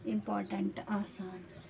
important آسان